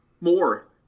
More